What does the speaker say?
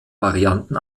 varianten